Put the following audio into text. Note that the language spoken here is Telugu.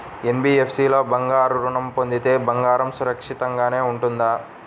ఎన్.బీ.ఎఫ్.సి లో బంగారు ఋణం పొందితే బంగారం సురక్షితంగానే ఉంటుందా?